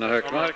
Herr talman!